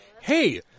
hey